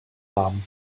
namen